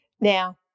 now